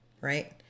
right